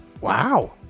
wow